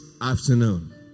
afternoon